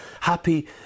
happy